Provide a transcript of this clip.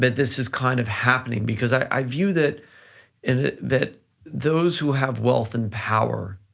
but this is kind of happening, because i view that and that those who have wealth and power,